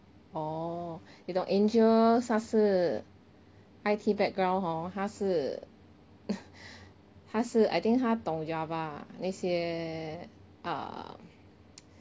orh 你懂 angel 他是 I_T background hor 他是 他是 I think 他懂 Java 那些 err